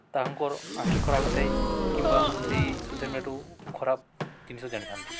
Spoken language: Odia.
ତାହାଙ୍କର ଆଖି ଖରାପ ହୋଇଥାଏ କିମ୍ବା ସେହି ସୋସିଆଲ୍ ମିଡ଼ିଆରୁ ଖରାପ ଜିନିଷ ଜାଣିଥାନ୍ତି